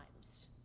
times